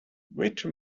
witch